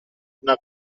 una